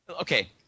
Okay